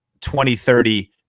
2030